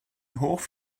hoff